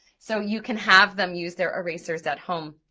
so you can have them use their erasers at home.